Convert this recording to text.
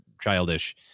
childish